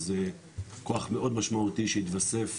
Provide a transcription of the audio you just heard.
זה כוח מוד משמעותי שיתווסף